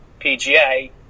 PGA